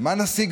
שאוחזים